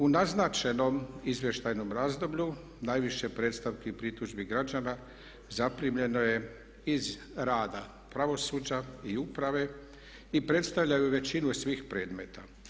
U naznačenom izvještajnom razdoblju najviše predstavki i pritužbi građana zaprimljeno je iz rada pravosuđa i uprave i predstavljaju većinu svih predmeta.